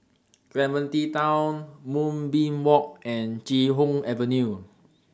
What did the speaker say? Clementi Town Moonbeam Walk and Chee Hoon Avenue